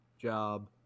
job